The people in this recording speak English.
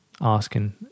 asking